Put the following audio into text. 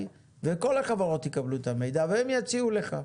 וכל החברות יקבלו את המידע שלך והן יציעו לך.